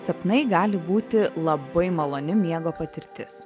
sapnai gali būti labai maloni miego patirtis